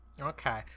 okay